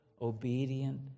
obedient